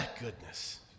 goodness